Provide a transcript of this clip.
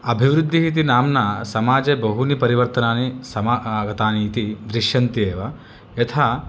अभिवृद्धिः इति नामस्ना समाजे बहूनि परिवर्तनानि समा आगतानि इति दृश्यन्ते एव यथा